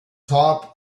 top